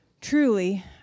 Truly